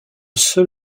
seul